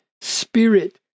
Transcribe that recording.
spirit